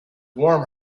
warm